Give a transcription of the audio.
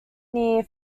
near